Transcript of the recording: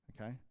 okay